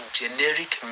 generic